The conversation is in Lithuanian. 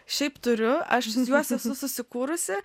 šiaip turiu aš juos esu susikūrusi